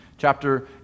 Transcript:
Chapter